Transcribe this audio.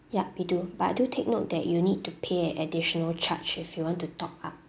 ya we do but do take note that you need to pay an additional charge if you want to top up